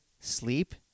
sleep